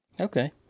okay